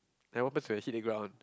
and what happens when I hit the ground